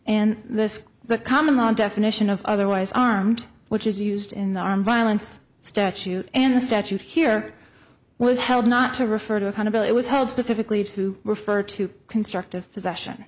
and this the common law definition of otherwise armed which is used in the armed violence statute and the statute here was held not to refer to accountability hold specifically to refer to constructive possession